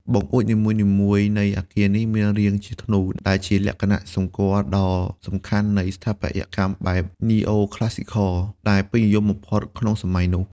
បង្អួចនីមួយៗនៃអគារនេះមានរាងជាធ្នូ ដែលជាលក្ខណៈសម្គាល់ដ៏សំខាន់នៃស្ថាបត្យកម្មបែប "Neo-Classical" ដែលពេញនិយមបំផុតក្នុងសម័យនោះ។